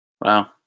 Wow